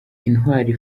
intwali